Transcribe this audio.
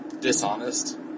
dishonest